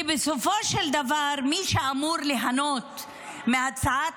כי בסופו של דבר מי שאמורות ליהנות מהצעת